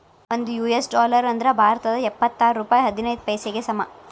ಒಂದ್ US dollar ಅಂದ್ರ ಭಾರತದ್ ಎಪ್ಪತ್ತಾರ ರೂಪಾಯ್ ಹದಿನೈದ್ ಪೈಸೆಗೆ ಸಮ